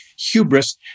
hubris